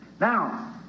Now